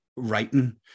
writing